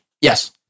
Yes